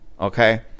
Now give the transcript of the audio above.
okay